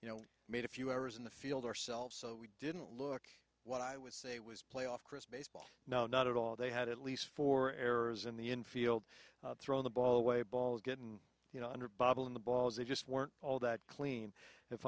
you know made a few errors in the field ourselves so we didn't look what i would say was playoff chris baseball no not at all they had at least four errors in the infield throw the ball away a ball getting you know under bubble in the balls they just weren't all that clean